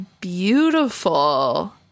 beautiful